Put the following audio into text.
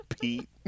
Pete